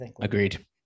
agreed